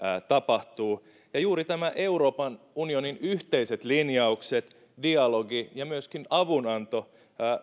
tapahtuu ja juuri nämä euroopan unionin yhteiset linjaukset dialogi ja myöskin avunanto